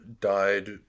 died